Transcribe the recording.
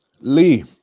Lee